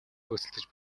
хөөцөлдөж